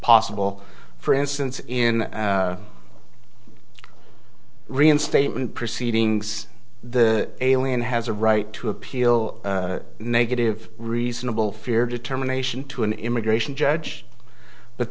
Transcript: possible for instance in reinstatement proceedings the alien has a right to appeal negative reasonable fear determination to an immigration judge but